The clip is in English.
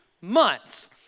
months